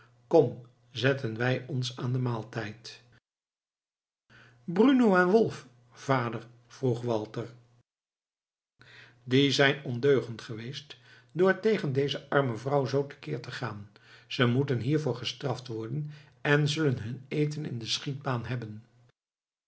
kom zetten wij ons aan den maaltijd bruno en wolf vader vroeg walter die zijn ondeugend geweest door tegen deze arme vrouw zoo te keer te gaan ze moeten hiervoor gestraft worden en zullen hun eten in de schietbaan hebben